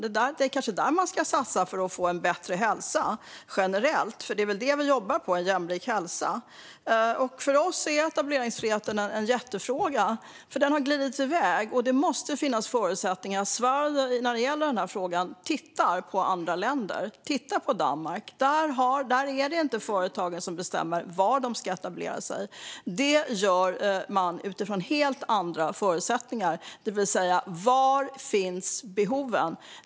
Det är kanske där man ska satsa för att få en bättre hälsa generellt. Det är väl ändå detta vi jobbar för: en jämlik hälsa. För oss är etableringsfriheten en jättefråga. Det har glidit i väg, och det måste finnas förutsättningar för Sverige att i denna fråga titta på andra länder. Titta på Danmark! Där är det inte företagen som bestämmer var de ska etablera sig. Det gör man utifrån helt andra förutsättningar. Man tittar på var behoven finns.